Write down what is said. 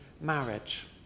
marriage